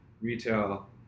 retail